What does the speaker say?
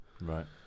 right